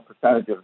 percentage